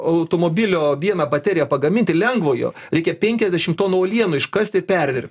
automobilio vieną bateriją pagaminti lengvojo reikia penkiasdešimt tonų uolienų iškast ir perdirbt